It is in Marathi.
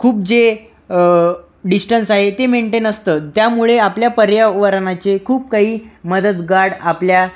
खूप जे डिस्टन्स आहे ते मेन्टेन असतं त्यामुळे आपल्या पर्यावरणाचे खूप काही मदतगार्ड आपल्या